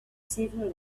several